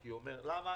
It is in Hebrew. למה?